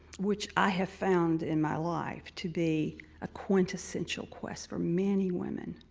which i have found in my life to be a quintessential quest for many women.